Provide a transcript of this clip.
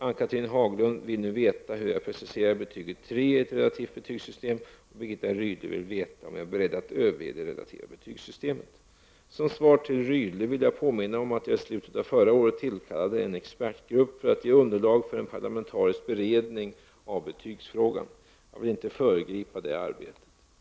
Ann-Cathrine Haglund vill nu veta hur jag preciserar betyget tre i ett relativt betygssystem, och Birgitta Rydle vill veta om jag är beredd att överge det relativa betygssystemet. Som svar till Birgitta Rydle vill jag påminna om att jag i slutet av förra året tillkallade en expertgrupp för att ge underlag för en parlamentarisk beredning av betygsfrågan. Jag vill inte föregripa det arbetet.